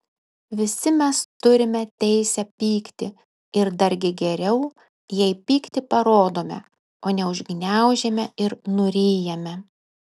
visi mes turime teisę pykti ir dargi geriau jei pyktį parodome o ne užgniaužiame ir nuryjame